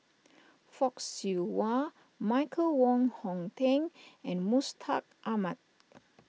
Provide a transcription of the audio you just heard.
Fock Siew Wah Michael Wong Hong Teng and Mustaq Ahmad